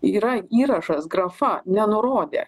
yra įrašas grafa nenurodė